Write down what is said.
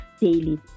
daily